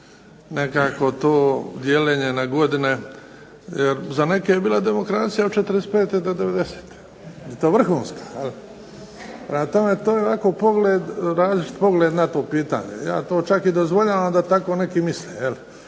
Nekako to dijeljenje na godine, jer za neke je bila demokracija od '45. do devedesete i to vrhunska. Jel'? Prema tome, to je ovako pogled, različit pogled na to pitanje. Ja to čak i dozvoljavam da tako neki misle.